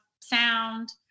sound